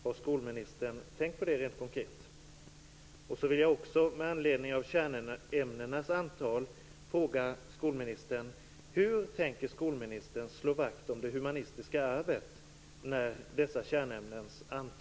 Har skolministern tänkt på det rent konkret?